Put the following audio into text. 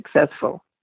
successful